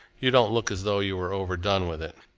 you don't look as though you were overdone with it.